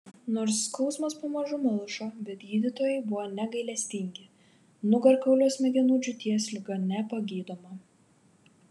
nors skausmas pamažu malšo bet gydytojai buvo negailestingi nugarkaulio smegenų džiūties liga nepagydoma